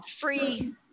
free